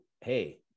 Hey